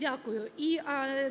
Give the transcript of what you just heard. Дякую. І